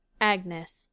AGNES